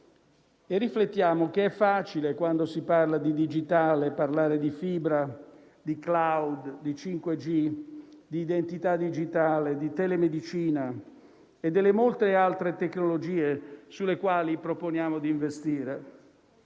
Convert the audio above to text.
e riflettiamo che è facile, quando si parla di digitale, parlare di fibra, di *cloud*, di 5G, di identità digitale, di telemedicina e delle molte altre tecnologie sulle quali proponiamo di investire.